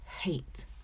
hate